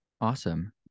Awesome